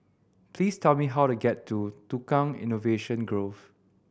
please tell me how to get to Tukang Innovation Grove